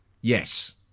Yes